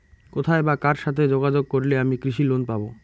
কোথায় বা কার সাথে যোগাযোগ করলে আমি কৃষি লোন পাব?